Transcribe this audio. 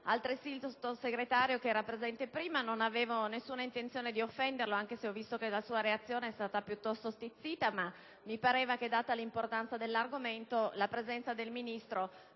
altresì il Sottosegretario che era presente prima. Non avevo alcuna intenzione di offenderlo, anche se ho visto che la sua reazione è stata piuttosto stizzita, ma mi sembrava che, data la rilevanza dell'argomento, la presenza del Ministro